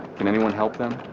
can anyone help them?